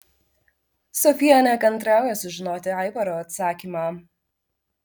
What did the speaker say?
sofija nekantrauja sužinoti aivaro atsakymą